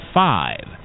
five